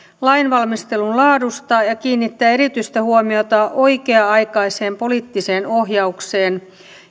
lainvalmistelun laadusta ja kiinnittää erityistä huomiota oikea aikaiseen poliittiseen ohjaukseen